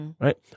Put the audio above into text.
Right